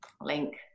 link